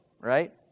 right